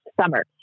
summer